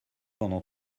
pendant